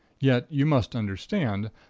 yet, you must understand,